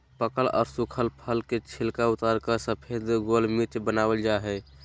पकल आर सुखल फल के छिलका उतारकर सफेद गोल मिर्च वनावल जा हई